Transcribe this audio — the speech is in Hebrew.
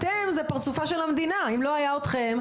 אתם זה הפרצוף של המדינה ואם לא היה אתכם,